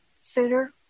sooner